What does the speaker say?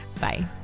Bye